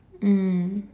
mm